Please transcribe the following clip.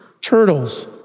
turtles